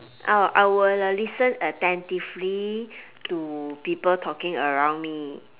I will I will uh listen attentively to people talking around me